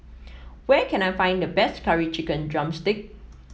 where can I find the best Curry Chicken drumstick